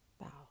Bow